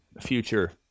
future